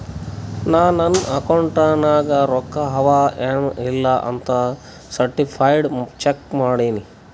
ನಾ ನನ್ ಅಕೌಂಟ್ ನಾಗ್ ರೊಕ್ಕಾ ಅವಾ ಎನ್ ಇಲ್ಲ ಅಂತ ಸರ್ಟಿಫೈಡ್ ಚೆಕ್ ಮಾಡಿನಿ